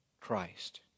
Christ